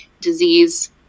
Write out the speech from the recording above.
disease